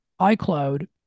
iCloud